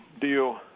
deal